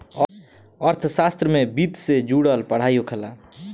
अर्थशास्त्र में वित्तसे से जुड़ल पढ़ाई होखेला